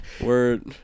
Word